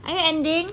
are you ending